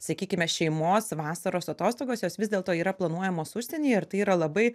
sakykime šeimos vasaros atostogos jos vis dėlto yra planuojamos užsienyje ir tai yra labai